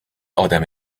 ادم